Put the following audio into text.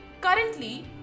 Currently